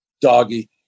Doggy